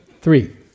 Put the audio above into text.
Three